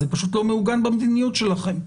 זה פשוט לא מעוגן במדיניות שלכם.